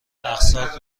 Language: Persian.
اقساط